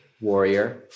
warrior